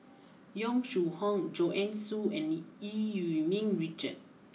Yong Shu Hoong Joanne Soo and Eu Yee Ming Richard